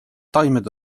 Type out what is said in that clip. taimed